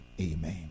Amen